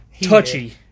touchy